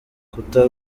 rukuta